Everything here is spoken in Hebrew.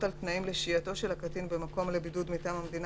על תנאים לשהייתו של הקטין במקום לבידוד מטעם המדינה,